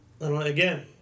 again